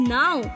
now